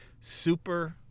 super